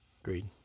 Agreed